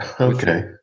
Okay